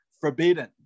forbidden